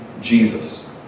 Jesus